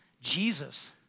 Jesus